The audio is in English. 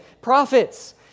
prophets